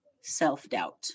self-doubt